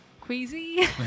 queasy